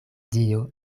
dio